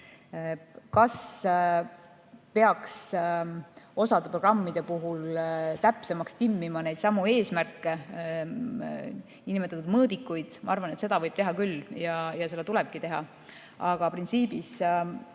Kas peaks osa programmide puhul täpsemaks timmima neidsamu eesmärke, niinimetatud mõõdikuid? Ma arvan, et seda võib teha küll ja seda tulebki teha. Aga printsiibis